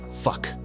Fuck